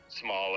smaller